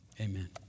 Amen